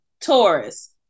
Taurus